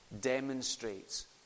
demonstrates